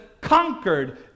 conquered